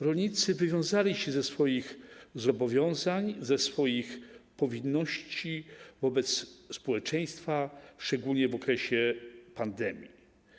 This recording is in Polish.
Rolnicy wywiązali się ze swoich zobowiązań, ze swoich powinności wobec społeczeństwa, szczególnie w okresie pandemii.